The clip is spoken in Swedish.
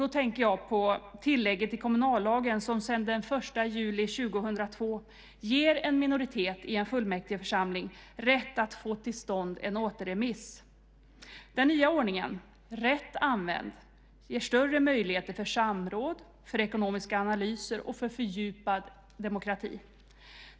Då tänker jag på tillägget i kommunallagen, som sedan den 1 juli 2002 ger en minoritet i en fullmäktigeförsamling rätt att få till stånd en återremiss. Den nya ordningen, rätt använd, ger större möjligheter för samråd, ekonomiska analyser och fördjupad demokrati.